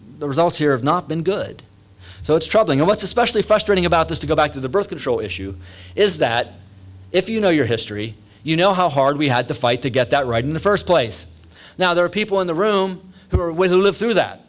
the results here have not been good so it's troubling and what's especially frustrating about this to go back to the birth control issue is that if you know your history you know how hard we had to fight to get that right in the first place now there are people in the room who are with live through that